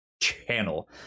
channel